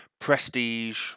prestige